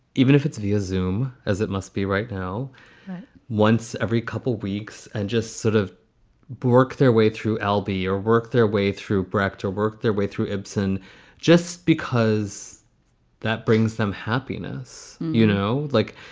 even if it's vieuxtemps, as um as it must be right now once every couple weeks and just sort of work their way through albi or work their way through brecht or work their way through ibsen just because that brings them happiness, you know, like.